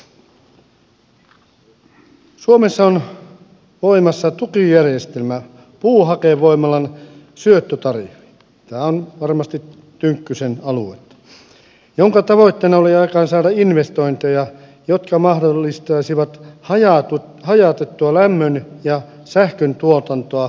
suomessa on voimassa tukijärjestelmä puuhakevoimalan syöttötariffi tämä on varmasti tynkkysen aluetta jonka tavoitteena oli aikaansaada investointeja jotka mahdollistaisivat hajautettua lämmön ja sähkön tuotantoa esimerkiksi sahoilla